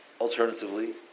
Alternatively